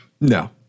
No